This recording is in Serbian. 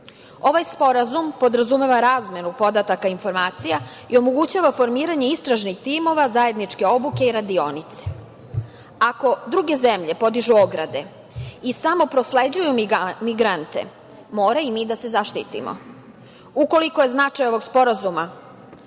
Ovaj sporazum podrazumeva razmenu podataka i informacija i omogućava formiranje istražnih timova, zajedničke obuke i radionice. Ako druge zemlje podižu ograde i samo prosleđuju migrante, moramo i mi da se zaštitimo. Ukoliko je značaj ovog sporazuma